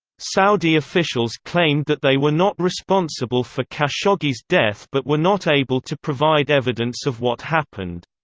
saudi officials claimed that they were not responsible for khashoggi's death but were not able to provide evidence of what happened.